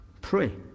pray